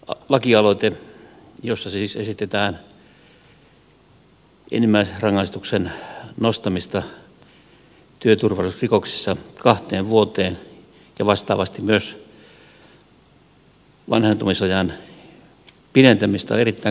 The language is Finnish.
tämä lakialoite jossa siis esitetään enimmäisrangaistuksen nostamista työturvallisuusrikoksissa kahteen vuoteen ja vastaavasti myös vanhentumisajan pidentämistä on erittäin kannatettava